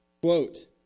quote